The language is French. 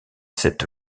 cette